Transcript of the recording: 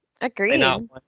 Agreed